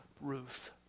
Ruth